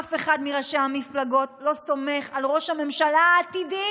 אף אחד מראשי המפלגות לא סומך על ראש הממשלה העתידי